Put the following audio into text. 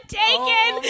taken